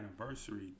anniversary